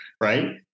right